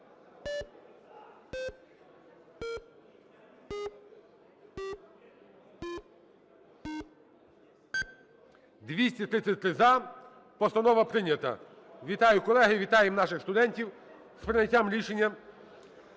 За-233 Постанова прийнята. Вітаю, колеги! Вітаємо наших студентів з прийняттям рішення.